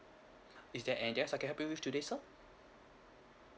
is there anything else I can help you with today sir